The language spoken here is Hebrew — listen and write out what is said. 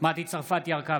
מטי צרפתי הרכבי,